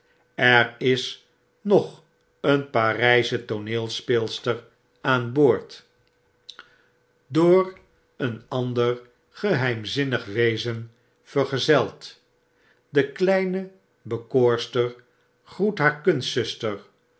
er is nog een parijsche tooneelspeelster aan boord door een ander geheimzinnig wezen vergezeld de kleine bekoorster groet haar